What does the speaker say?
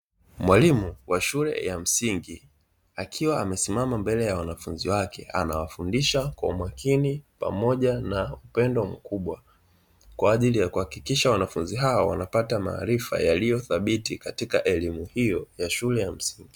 Mwalimu wa shule ya msingi, akiwa amesimama mbele ya wanafunzi wake anawafundisha kwa umakini pamoja na upendo mkubwa, kwa ajili ya kuhakikisha wanafunzi hao wanapata maarifa yaliyo thabiti katika elimu hiyo ya shule ya msingi.